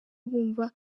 bumva